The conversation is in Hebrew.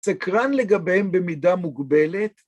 ‫סקרן לגביהם במידה מוגבלת.